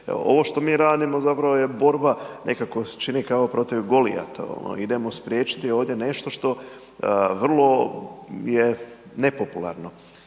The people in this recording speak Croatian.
Ovo što mi radimo je zapravo je borba, nekako se čini kao protiv Golijata, idemo spriječiti ovdje nešto što vrlo je nepopularno.